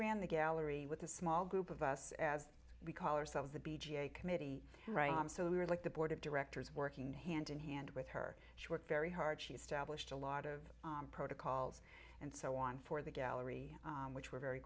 ran the gallery with a small group of us as we call ourselves the b j committee right so we were like the board of directors working hand in hand with her she worked very hard she established a lot of protocols and so on for the gallery which we're very